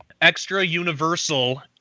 Extra-universal